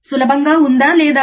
ఔనా సులభంగా ఉందా లేదా